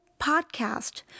podcast